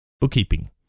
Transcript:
Bookkeeping